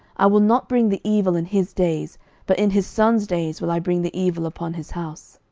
i will not bring the evil in his days but in his son's days will i bring the evil upon his house.